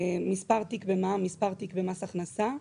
מספר תיק במע"מ, מספר תיק במס הכנסה,